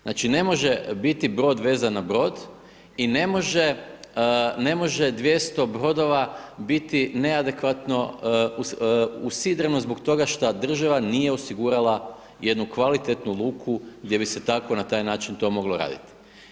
Znači ne može biti brod vezan na brod, i ne može 200 brodova biti neadekvatno usidreno zbog toga što država nije osigurala jednu kvalitetnu luku gdje bi se tako na taj način moglo to raditi.